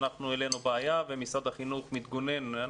אנחנו העלינו בעיה ומשרד החינוך מתגונן.